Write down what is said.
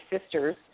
sisters